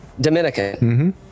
Dominican